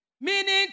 Meaning